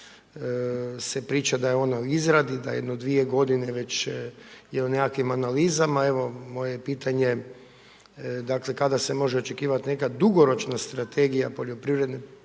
se priča da je ona u izradi, da jedno dvije godine već je u nekakvim analizama, evo moje pitanje dakle kada se može očekivat neka dugoročna strategija razvoja poljoprivredne